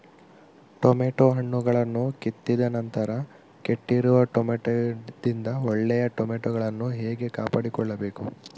Tomato ಹಣ್ಣುಗಳನ್ನು ಕಿತ್ತಿದ ನಂತರ ಕೆಟ್ಟಿರುವ ಟೊಮೆಟೊದಿಂದ ಒಳ್ಳೆಯ ಟೊಮೆಟೊಗಳನ್ನು ಹೇಗೆ ಕಾಪಾಡಿಕೊಳ್ಳಬೇಕು?